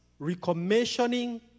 recommissioning